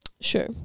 Sure